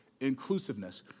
inclusiveness